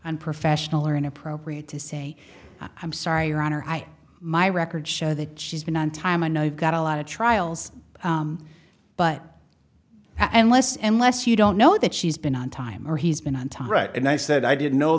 unprofessional or inappropriate to say i'm sorry your honor i my records show that she's been on time and i've got a lot of trials but and less and less you don't know that she's been on time or he's been on time right and i said i didn't know